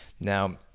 Now